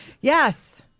Yes